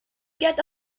get